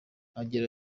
agira